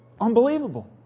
Unbelievable